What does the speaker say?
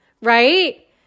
right